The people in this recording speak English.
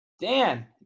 Dan